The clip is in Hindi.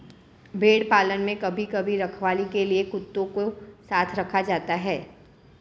भेड़ पालन में कभी कभी रखवाली के लिए कुत्तों को साथ रखा जाता है